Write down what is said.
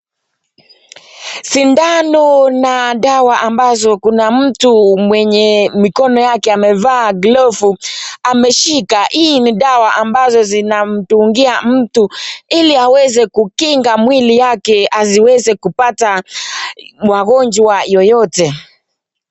Sindano na dawa ambazo kuna mtu mwenye mikono yake amevaa glovu ameshika. Hiii ni dawa ambazo zinamdungia mtu ili aweze kukinga mwili yake asiweze kupata magonjwa yoyote.